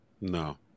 No